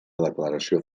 declaració